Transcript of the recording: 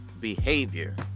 behavior